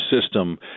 system